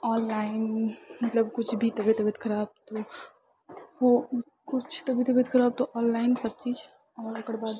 online मतलब किछु भी तबियत उबियत खराब हो किछु तबियत उबियत खराब तऽ ऑनलाइन सब चीज ओकर बाद